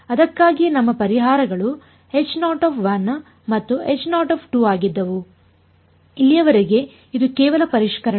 ಅದಕ್ಕಾಗಿಯೇ ನಮ್ಮ ಪರಿಹಾರಗಳು ಮತ್ತು ಆಗಿದ್ದವು ಇಲ್ಲಿಯವರೆಗೆ ಇದು ಕೇವಲ ಪರಿಷ್ಕರಣೆ